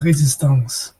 résistance